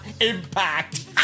Impact